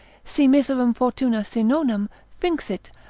si miserum fortuna sinonem finxit,